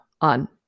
on